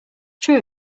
true